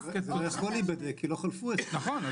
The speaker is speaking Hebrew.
שנבדק?